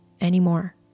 anymore